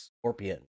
scorpion